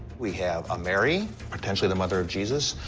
we have a mary, potentially the mother of jesus.